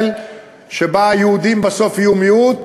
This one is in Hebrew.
מדינה דו-לאומית שבה היהודים בסוף יהיו מיעוט,